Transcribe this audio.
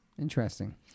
Interesting